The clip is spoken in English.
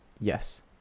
Yes